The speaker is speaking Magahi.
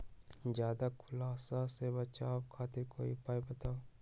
ज्यादा कुहासा से बचाव खातिर कोई उपाय बताऊ?